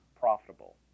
profitable